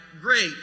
great